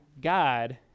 God